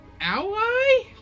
ally